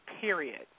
period